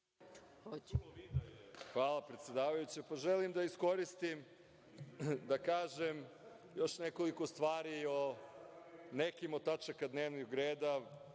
Hvala, predsedavajuća. Želim da iskoristim da kažem još nekoliko stvari i o nekim od tačaka dnevnog reda